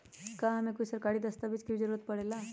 का हमे कोई सरकारी दस्तावेज के भी जरूरत परे ला?